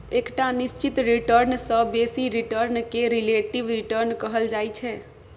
एकटा निश्चित रिटर्न सँ बेसी रिटर्न केँ रिलेटिब रिटर्न कहल जाइ छै